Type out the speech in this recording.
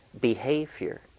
behavior